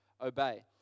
obey